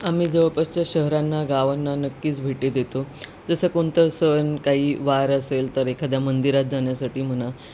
आम्ही जवळपासच्या शहरांना गावांना नक्कीच भेटी देतो जसं कोणतं सण काही वार असेल तर एखाद्या मंदिरात जाण्यासाठी म्हणा